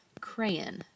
crayon